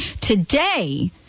today